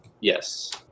Yes